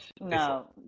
no